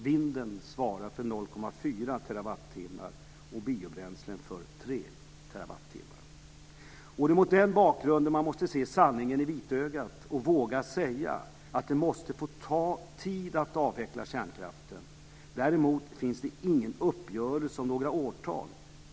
Vinden svarar för 0,4 terawattimmar och biobränslen för 3 terawattimmar. Mot den bakgrunden måste man se sanningen i vitögat och våga säga att det måste få ta tid att avveckla kärnkraften. Det finns däremot ingen uppgörelse om några årtal.